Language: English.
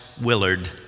Willard